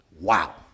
Wow